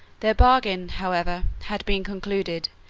their bargain, however, had been concluded,